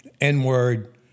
N-word